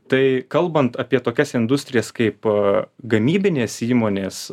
tai kalbant apie tokias industrijas kaip a gamybinės įmonės